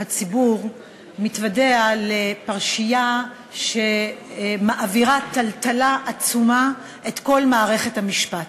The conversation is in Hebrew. הציבור מתוודע לפרשייה שמעבירה טלטלה עצומה את כל מערכת המשפט.